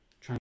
trying